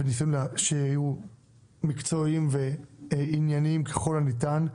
והם היו מקצועיים וענייניים ככל הניתן.